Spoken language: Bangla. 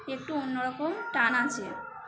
একটু অন্যরকম টান আছে